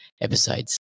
episodes